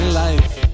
life